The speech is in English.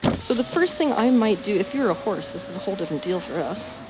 so, the first thing i might do, if you're a horse this is a whole different deal for us.